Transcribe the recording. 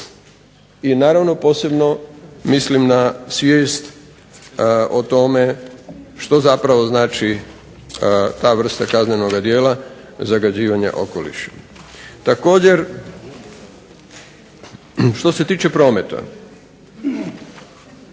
I naravno posebno mislim na svijest o tome što zapravo znači ta vrsta kaznenoga djela zagađivanja okoliša. Također, što se tiče prometa